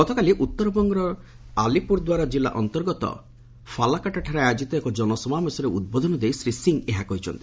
ଗତକାଲି ଉତ୍ତରବଙ୍ଗର ଆଲିପୁରଦ୍ଧାର୍ ଜିଲ୍ଲା ଅନ୍ତର୍ଗତ ଫାଲାକାଟାଠାରେ ଆୟୋଜିତ ଏକ ଜନସମାବେଶରେ ଉଦ୍ବୋଧନ ଦେଇ ଶ୍ରୀ ସିଂହ ଏହା କହିଛନ୍ତି